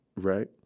right